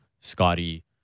scotty